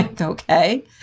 Okay